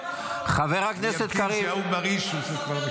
חבריי חברי הכנסת, אדוני שר המשפטים.